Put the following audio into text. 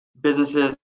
businesses